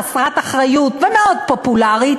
חסרת אחריות ומאוד פופולרית